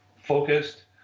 focused